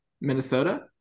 Minnesota